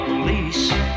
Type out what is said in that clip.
police